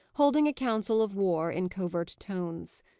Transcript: holding a council of war in covert tones.